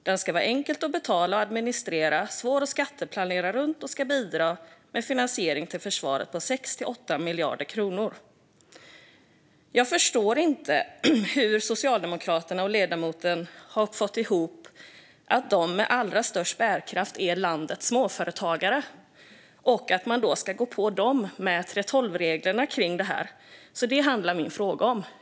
Den ska vara enkel att betala och administrera, svår att skatteplanera runt och ska bidra med finansiering till försvaret på 6-8 miljarder kronor." Jag förstår inte hur Socialdemokraterna och ledamoten har fått det till att landets småföretagare är de med allra störst bärkraft och att man därför ska ge sig på 3:12-reglerna.